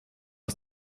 aus